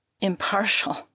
Impartial